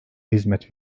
hizmet